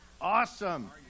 Awesome